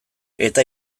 eta